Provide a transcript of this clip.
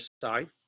side